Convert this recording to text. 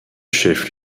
chef